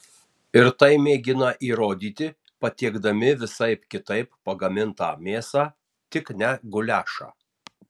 ir tai mėgina įrodyti patiekdami visaip kitaip pagamintą mėsą tik ne guliašą